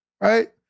Right